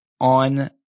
on